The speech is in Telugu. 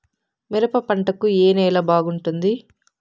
మిరప పంట కు ఏ నేల బాగుంటుంది?